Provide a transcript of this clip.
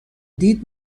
دید